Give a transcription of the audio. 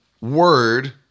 word